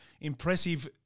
impressive